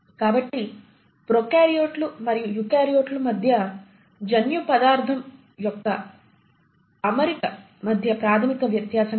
కాబట్టి ప్రొకార్యోట్లు మరియు యూకారియోట్ల మధ్య జన్యు పదార్ధం యొక్క అమరిక మధ్య ప్రాథమిక వ్యత్యాసం ఇది